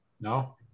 no